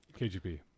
KGP